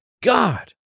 God